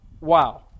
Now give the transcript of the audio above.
wow